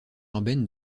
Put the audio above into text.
urbaine